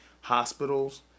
hospitals